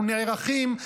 אנחנו נערכים,